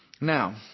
Now